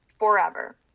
forever